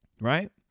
right